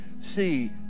see